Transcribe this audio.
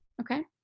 okay